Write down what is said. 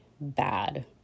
bad